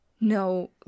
no